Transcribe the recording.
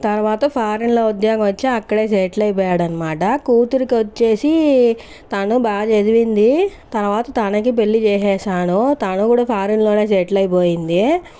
తర్వాత ఫారెన్లో ఉద్యోగం వచ్చి అక్కడే సెట్ట్లైపోయాడనమాట కుతురుకొచ్చేసి తను బా చదివింది తర్వాత తనకి పెళ్లి చేసేశాను తను కూడ ఫారెన్లోనే సెటిల్ అయిపోయింది